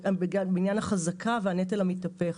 בעניין החזקה והנטל המתהפך.